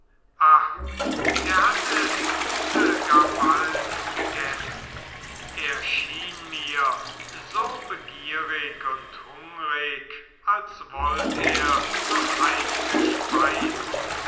er hatte die gute gar bald gegessen er schien mir so begierig und hungrig als wollt er noch einige speisen